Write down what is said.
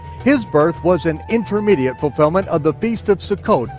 his birth was an intermediate fulfillment of the feast of succoth,